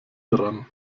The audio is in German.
daran